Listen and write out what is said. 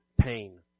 pain